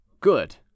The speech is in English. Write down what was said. Good